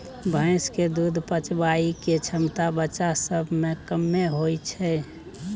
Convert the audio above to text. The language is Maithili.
भैंस के दूध पचाबइ के क्षमता बच्चा सब में कम्मे होइ छइ